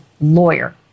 lawyer